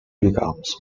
becomes